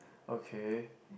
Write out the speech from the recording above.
okay